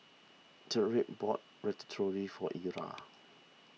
Tyrik bought Ratatouille for Ira